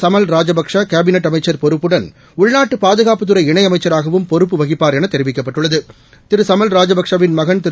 சமல் ராஜபக்சேகேபினெட் அமைச்சர் பொறுப்புடன் உள்நாட்டுபாதுகாப்புத்துறை இணையமைச்சராகவும் பொறுப்பு வகிப்பார் எனதெரிவிக்கப்பட்டுள்ளது திரு சமல் ராஜபக்சே வின் மகன் திரு